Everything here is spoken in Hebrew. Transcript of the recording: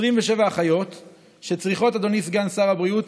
27 אחיות צריכות, אדוני סגן שר הבריאות,